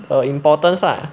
err importance lah